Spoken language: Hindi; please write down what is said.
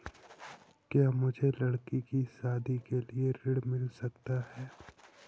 क्या मुझे लडकी की शादी के लिए ऋण मिल सकता है?